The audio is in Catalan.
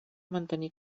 mantenir